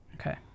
Okay